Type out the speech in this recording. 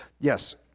Yes